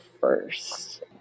first